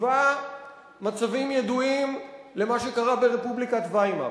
השווה מצבים ידועים למה שקרה ברפובליקת ויימאר,